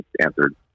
answered